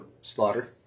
Slaughter